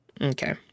Okay